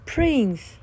Prince